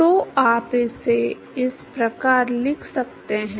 तो आप इसे इस प्रकार लिख सकते हैं